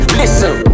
listen